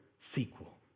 sequel